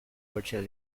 virtual